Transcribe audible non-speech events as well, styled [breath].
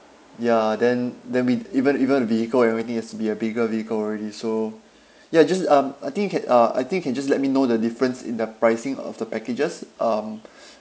ya then then we even even the vehicle everything has to be a bigger vehicle already so ya just um I think you can uh I think you can just let me know the difference in the pricing of the packages um [breath]